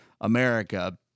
America